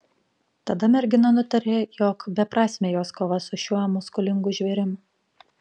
tada mergina nutarė jog beprasmė jos kova su šiuo muskulingu žvėrim